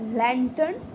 lantern